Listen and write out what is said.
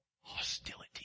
Hostility